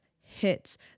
hits